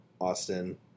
austin